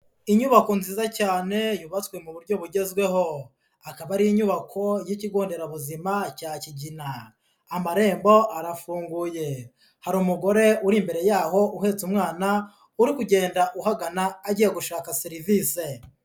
Inyubako nziza cyane yubatswe mu buryo bugezweho, akaba ari inyubako y'ikigo nderabuzima cya Kigina, amarembo arafunguye, hari umugore uri imbere yaho uhetse umwana uri kugenda uhagana agiye gushaka serivisi.